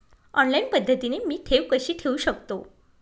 Online पद्धतीने मी ठेव कशी ठेवू शकतो?